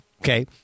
Okay